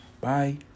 bye